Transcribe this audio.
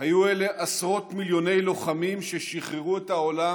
היו עשרות מיליוני לוחמים ששחררו את העולם